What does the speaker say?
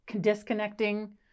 disconnecting